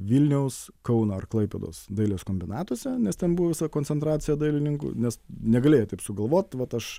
vilniaus kauno ar klaipėdos dailės kombinatuose nes ten buvo visa koncentracija dailininkų nes negalėjai taip sugalvot vat aš